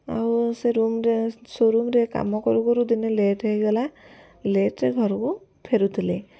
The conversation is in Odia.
ଆଉ ସେ ରୁମରେ ସୋରୁମରେ କାମ କରୁ କରୁ ଦିନେ ଲେଟ ହେଇଗଲା ଲେଟରେ ଘରକୁ ଫେରୁଥିଲି